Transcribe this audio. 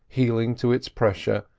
heeling to its pressure,